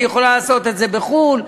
היא יכולה לעשות את זה בחו"ל,